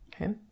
Okay